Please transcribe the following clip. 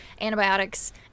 antibiotics